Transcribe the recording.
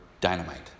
dynamite